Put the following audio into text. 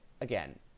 Again